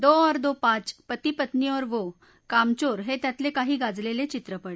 दो और दो पाँच पती पत्नी और वो कामचोर हे त्यातले काही गाजलेले चित्रपट